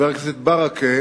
חבר הכנסת ברכה.